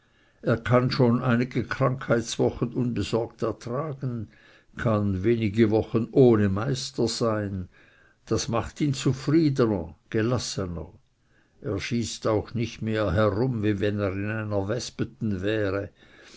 er kann schon einige krankheitswochen unbesorgt ertragen kann einige wochen ohne meister sein das macht ihn zufriedener gelassener er schießt auch nicht mehr herum wie wenn er in einer wesperen wäre